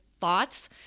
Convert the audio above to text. thoughts